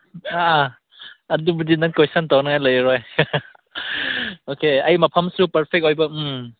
ꯑꯥ ꯑꯗꯨꯕꯨꯗꯤ ꯅꯪ ꯀꯣꯏꯁꯟ ꯇꯧꯅꯤꯡꯉꯥꯏ ꯂꯩꯔꯣꯏ ꯑꯣꯀꯦ ꯑꯩ ꯃꯐꯝꯁꯨ ꯄꯔꯐꯦꯛ ꯑꯣꯏꯕ ꯎꯝ